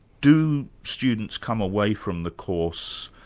do students come away from the course